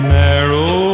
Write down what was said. narrow